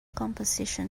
composition